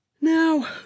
now